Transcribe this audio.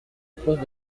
clause